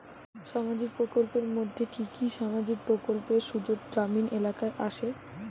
সামাজিক প্রকল্পের মধ্যে কি কি সামাজিক প্রকল্পের সুযোগ গ্রামীণ এলাকায় আসে?